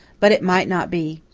but it might not be.